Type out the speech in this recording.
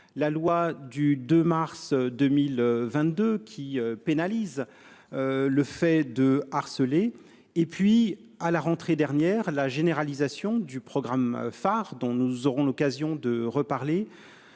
la loi du 2 mars 2022 qui pénalise. Le fait de harceler et puis à la rentrée dernière, la généralisation du programme phare dont nous aurons l'occasion de reparler.